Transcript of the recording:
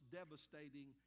devastating